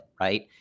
Right